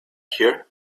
here